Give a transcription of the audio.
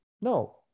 No